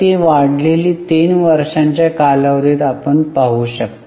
तर ती वाढलेली तीन वर्षांच्या कालावधीत आपण पाहू शकता